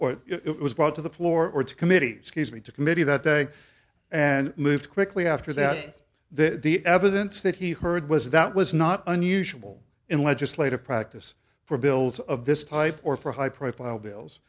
or it was brought to the floor or to committee excuse me to committee that day and moved quickly after that that the evidence that he heard was that was not unusual in legislative practice for bills of this type or for high profile bills